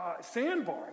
sandbar